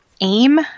aim